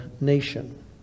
nation